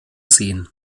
sehen